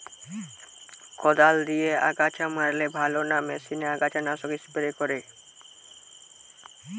কদাল দিয়ে আগাছা মারলে ভালো না মেশিনে আগাছা নাশক স্প্রে করে?